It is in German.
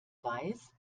weiß